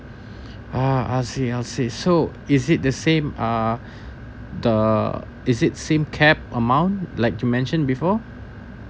uh I see I see so is it the same uh the is it same cap amount like you mention before